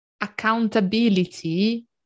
accountability